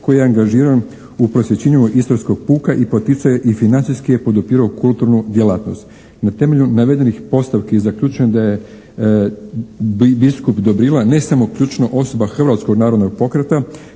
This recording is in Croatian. koji je angažiran u prosvjećenju istarskog puka i poticanju i financijski je podupirao kulturnu djelatnost. Na temelju navedenih postavki zaključujem da je biskup Dobrila ne samo ključna osoba Hrvatskog narodnog pokreta